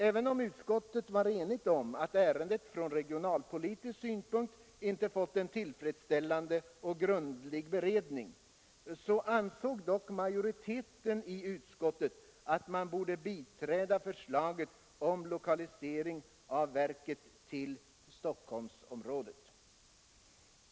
Även om inrikesutskottet var enigt om att ärendet från regionalpolitisk synpunkt inte fått en tillfredsställande och grundlig beredning, ansåg dock majoriteten i utskottet att man borde biträda förslaget om lokalisering av verket till Stockholmsområdet.